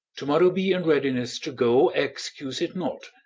to-morrow be in readiness to go excuse it not,